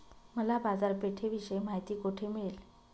मला बाजारपेठेविषयी माहिती कोठे मिळेल?